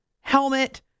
helmet